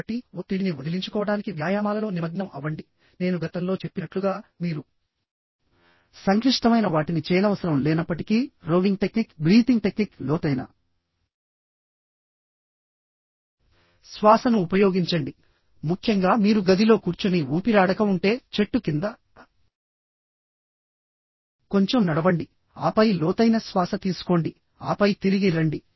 కాబట్టిఒత్తిడిని వదిలించుకోవడానికి వ్యాయామాలలో నిమగ్నం అవ్వండి నేను గతంలో చెప్పినట్లుగా మీరు సంక్లిష్టమైన వాటిని చేయనవసరం లేనప్పటికీ రోవింగ్ టెక్నిక్ బ్రీతింగ్ టెక్నిక్ లోతైన శ్వాసను ఉపయోగించండి ముఖ్యంగా మీరు గదిలో కూర్చుని ఊపిరాడక ఉంటే చెట్టు కింద కొంచెం నడవండి ఆపై లోతైన శ్వాస తీసుకోండి ఆపై తిరిగి రండి